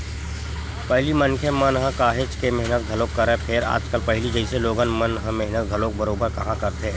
पहिली मनखे मन ह काहेच के मेहनत घलोक करय, फेर आजकल पहिली जइसे लोगन मन ह मेहनत घलोक बरोबर काँहा करथे